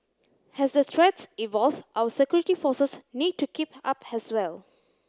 as the threats evolve our security forces need to keep up as well